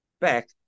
Back